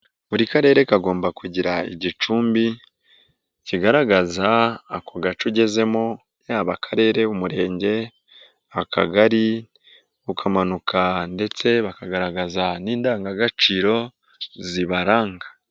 Buri karere kagomba kugira igicumbi kigaragaza ako gace ugezemo yaba Akarere, Umurenge, Akagari, ukamanuka ndetse bakagaragaza n'indangagaciro zibaranga.